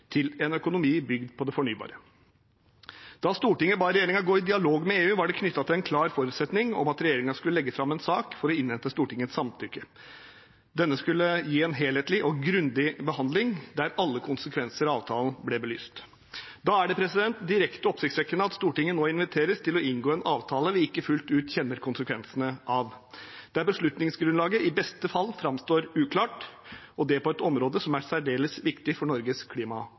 til en økonomi bygd på det fornybare. Da Stortinget ba regjeringen gå i dialog med EU, var det knyttet til en klar forutsetning om at regjeringen skulle legge fram en sak for å innhente Stortingets samtykke. Denne skulle gi en helhetlig og grundig behandling, der alle konsekvenser av avtalen ble belyst. Da er det direkte oppsiktsvekkende at Stortinget nå inviteres til å inngå en avtale vi ikke fullt ut kjenner konsekvensene av, og der beslutningsgrunnlaget i beste fall framstår uklart – og det på et område som er særdeles viktig for Norges